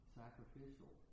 sacrificial